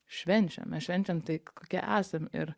švenčiam mes švenčiam tai kokie esam ir